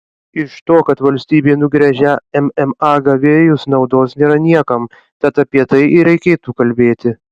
iš to kad valstybė nugręžia mma gavėjus naudos nėra niekam tad apie tai ir reikėtų kalbėti